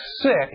sick